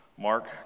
Mark